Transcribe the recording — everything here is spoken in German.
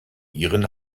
ihren